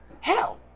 Hell